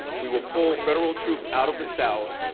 we will pull federal troops out of the south,